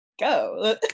go